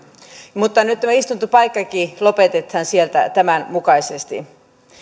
mutta nyt tämä istuntopaikkakin lopetetaan sieltä tämän mukaisesti